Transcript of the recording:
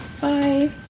Bye